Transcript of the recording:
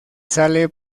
sale